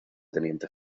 teniente